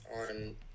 on